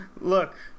Look